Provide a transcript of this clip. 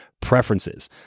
preferences